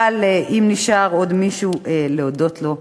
אבל אם נשאר עוד מישהו להודות לו,